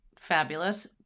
fabulous